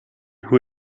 who